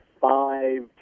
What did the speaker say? five